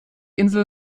insel